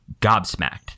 gobsmacked